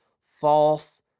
false